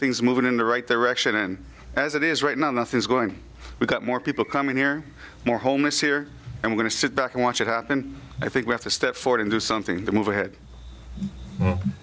things moving in the right direction and as it is right now nothing's going we've got more people coming here more homeless here and we're going to sit back and watch it happen i think we have to step forward and do something to move ahead m